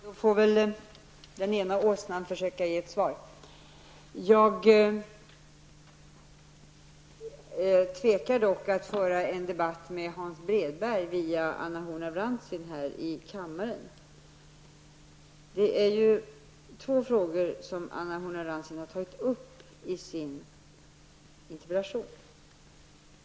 Herr talman! Då får väl den ena åsnan försöka ge ett svar. Jag ställer mig dock tveksam till att föra en debatt med Hans Bredberg via Anna Horn af Anna Horn af Rantzien tar upp två frågor i sin interpellation.